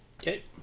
Okay